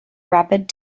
rapid